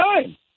time